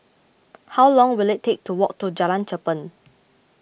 how long will it take to walk to Jalan Cherpen